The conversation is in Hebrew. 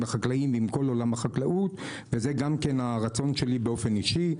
החקלאים ועם כל עולם החקלאות וזה גם כן הרצון שלי באופן אישי.